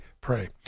pray